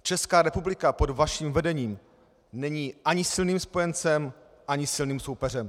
Česká republika pod vaším vedením není ani silným spojencem ani silným soupeřem.